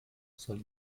soll